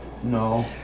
No